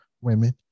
women